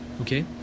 okay